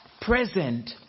present